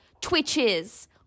Twitches